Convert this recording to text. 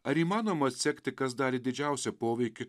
ar įmanoma atsekti kas darė didžiausią poveikį